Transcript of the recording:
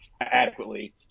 adequately